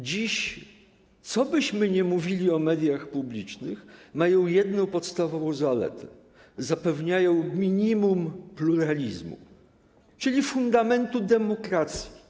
Dziś, cokolwiek byśmy mówili o mediach publicznych, mają jedną podstawową zaletę: zapewniają minimum pluralizmu, czyli fundamentu demokracji.